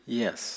yes